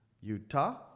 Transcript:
utah